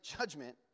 judgment